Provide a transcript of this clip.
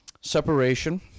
separation